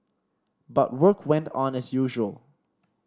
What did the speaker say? but work went on as usual